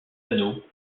anneau